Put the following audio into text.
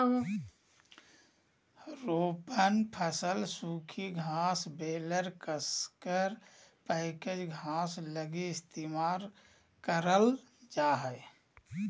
रोपण फसल सूखी घास बेलर कसकर पैकेज घास लगी इस्तेमाल करल जा हइ